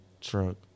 truck